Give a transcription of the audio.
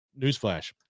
Newsflash